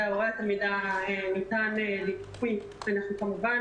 להורי התלמידה ניתן --- ואנחנו כמובן